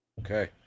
Okay